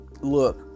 Look